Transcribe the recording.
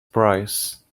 price